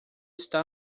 está